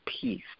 peace